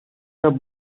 that